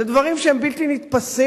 זה דברים שהם בלתי נתפסים,